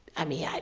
i mean, yeah,